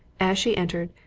as she entered,